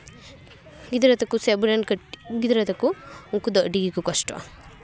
ᱜᱤᱫᱽᱨᱟᱹ ᱛᱟᱠᱚ ᱥᱮ ᱟᱵᱚ ᱨᱮᱱ ᱜᱤᱫᱽᱨᱟᱹ ᱛᱟᱠᱚ ᱩᱱᱠᱩ ᱫᱚ ᱟᱹᱰᱤ ᱜᱮᱠᱚ ᱠᱚᱥᱴᱚᱜᱼᱟ